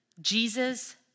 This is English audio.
Jesus